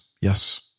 Yes